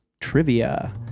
trivia